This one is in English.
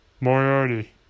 Moriarty